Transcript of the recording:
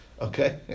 okay